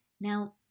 Now